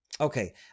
Okay